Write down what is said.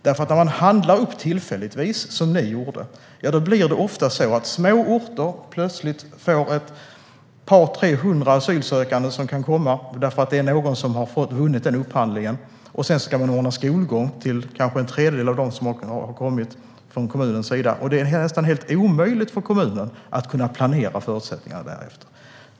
När man handlar upp tillfälliga boenden på det sätt som ni gjorde blir det ofta så att ett par tre hundra asylsökande plötsligt kan komma till en liten ort därför att det är någon där som har vunnit upphandlingen. Sedan ska kommunen ordna skolgång till kanske en tredjedel av dem som har kommit. Det är nästan omöjligt för kommunen att planera utifrån dessa förutsättningar.